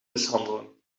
mishandelen